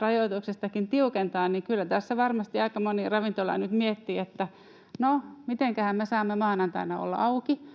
rajoituksista tiukentaa. Kyllä tässä varmasti aika moni ravintola nyt miettii, että mitenkähän me saamme maanantaina olla auki,